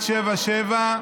פ/2177/24,